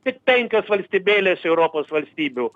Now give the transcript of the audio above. tik penkios valstybėlės europos valstybių